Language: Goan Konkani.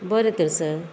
बरें तर सर